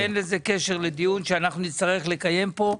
ואין לזה קשר לדיון שאנחנו נצטרך לקיים פה,